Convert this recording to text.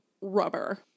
rubber